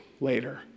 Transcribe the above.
later